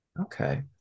okay